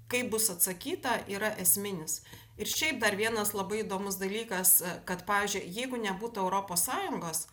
kaip bus atsakyta yra esminis ir šiaip dar vienas labai įdomus dalykas kad pavyzdžiui jeigu nebūtų europos sąjungos